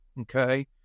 Okay